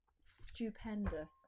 stupendous